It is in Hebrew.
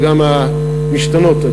וגם המשתנות,